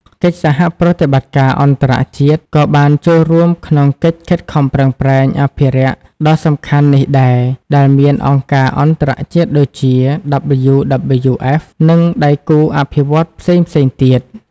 កិច្ចសហប្រតិបត្តិការអន្តរជាតិក៏បានចូលរួមក្នុងកិច្ចខិតខំប្រឹងប្រែងអភិរក្សដ៏សំខាន់នេះដែរ ដែលមានអង្គការអន្តរជាតិដូចជា WWF និងដៃគូអភិវឌ្ឍន៍ផ្សេងៗទៀត។